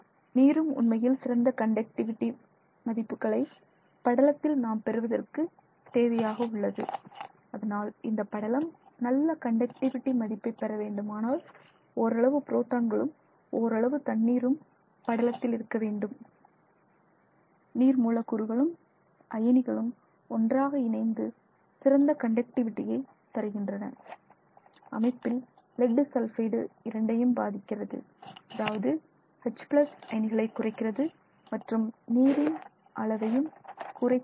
நீரும் உண்மையில் சிறந்த கண்டக்டிவிடி மதிப்புகளை படலத்தில் நாம் பெறுவதற்கு தேவையாக உள்ளது அதனால் இந்த படலம் நல்ல கண்டக்டிவிடி மதிப்பை பெற வேண்டுமானால் ஓரளவு புரோட்டான்களும் ஓரளவு தண்ணீரும் படலத்தில் இருக்க வேண்டும் நீர் மூலக்கூறுகளும் பயணிகளும் ஒன்றாக இணைந்து சிறந்த கண்டக்டிவிடியை தருகின்றன அமைப்பில் லெட் சல்ஃபைடு இரண்டையும் பாதிக்கிறது அதாவது H அயணிகளை குறைக்கிறது மற்றும் நீரின் அளவையும் குறைக்கிறது